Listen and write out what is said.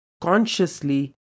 consciously